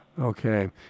Okay